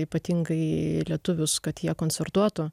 ypatingai lietuvius kad jie koncertuotų